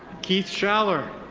keith shaller.